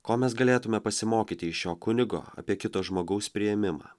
ko mes galėtume pasimokyti iš šio kunigo apie kito žmogaus priėmimą